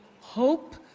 hope